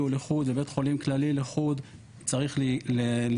הוא לחוד ובית חולים כללי לחוד צריך להיגמר,